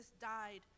died